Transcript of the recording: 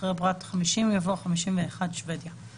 (6) אחרי פרט (50) יבוא: (51) שבדיה.